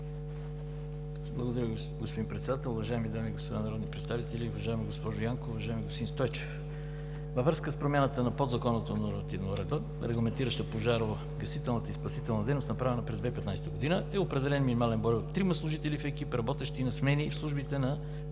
Благодаря, господин Председател. Уважаеми дами и господа народни представители, уважаема госпожо Янкова, уважаеми господин Стойчев! Във връзка с промяната на подзаконовата нормативна уредба, регламентираща пожарогасителната и спасителна дейност, направена през 2015 г., е определен минимален брой от трима служители в екип, работещи на смени в службите на